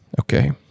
okay